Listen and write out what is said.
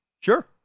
Sure